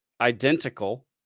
identical